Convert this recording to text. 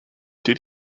did